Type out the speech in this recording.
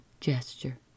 gesture